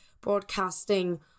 broadcasting